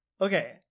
okay